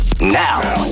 Now